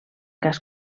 cas